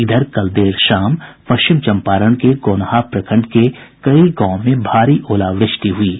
इधर कल देर शाम पश्चिम चंपारण के गौनहा प्रखंड के कई गांवों में भारी ओलावृष्टि भी हुई है